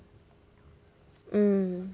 mm